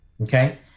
okay